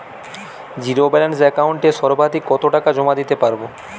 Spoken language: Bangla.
জীরো ব্যালান্স একাউন্টে সর্বাধিক কত টাকা জমা দিতে পারব?